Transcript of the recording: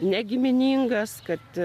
negiminingas kad